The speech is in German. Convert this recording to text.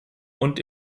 und